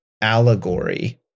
allegory